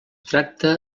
tracta